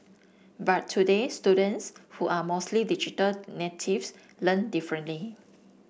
but today students who are mostly digital natives learn differently